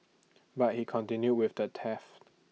but he continued with the theft